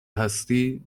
هستی